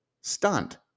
stunt